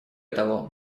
того